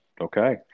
okay